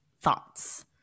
thoughts